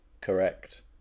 Correct